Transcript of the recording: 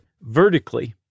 vertically